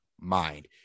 mind